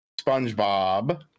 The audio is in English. Spongebob